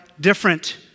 different